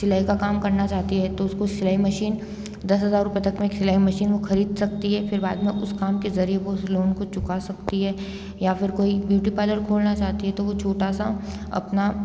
सिलाई का काम करना चाहती है तो उसको सिलाई मशीन दस हज़ार रूपये तक में सिलाई मशीन वो खरीद सकती है फिर बाद में उस काम के ज़रिए वो उस लोन चुका सकती है या फिर कोई ब्यूटी पार्लर खोलना चाहती है तो वो छोटा सा अपना